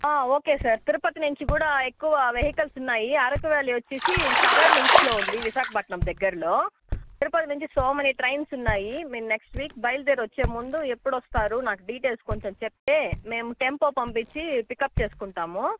okay sir Tirupati నుంచి కూడ ఎక్కువ వెహికల్స్ ఉన్నాయి అరకు వ్యాలీ వచ్చేసి సథరన్ ఈస్ట్లో ఉంది విశాకపట్నం దగ్గరలో తిరుపతి నుంచి సో మేనీ ట్రైన్స్ ఉన్నాయి మీరు నెక్స్ట్ వీక్ బయలుదేరి వచ్చే ముందు ఎప్పుడు వస్తారు నాకు డిటెయిల్స్ కొంచెం చెప్తే మేము టెంపో పంపించి పిక్అప్ చేసుకుంటాము